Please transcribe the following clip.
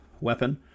weapon